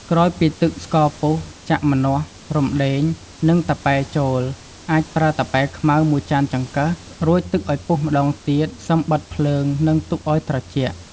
ក្រោយពីទឹកស្ករពុះ ចាក់ម្នាស់ រំដេង និង តាប៉ែចូល អាចប្រើតាប៉ែខ្មៅ ១ចានចង្កឹះ រួចទឹកឱ្យពុះម្ដងទៀត សឹមបិទភ្លើង និងទុកឱ្យត្រជាក់។